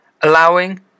allowing